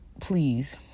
please